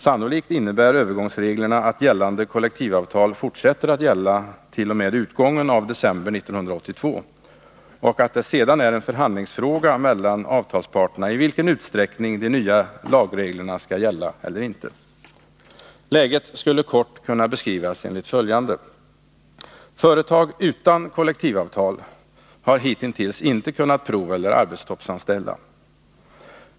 Sannolikt innebär övergångsreglerna att gällande kollektivavtal fortsätter att gälla t.o.m. utgången av december 1982 och att det sedan är en förhandlingsfråga mellan avtalsparterna i vilken utsträckning de nya lagreglerna skall gälla. Läget skulle kort kunna beskrivas enligt följande. Företag utan kollektivavtal har hitintills inte kunnat proveller arbetstoppsanställa.